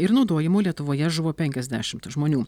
ir naudojimo lietuvoje žuvo penkiasdešimt žmonių